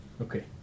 Okay